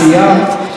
אני אודה לך מאוד.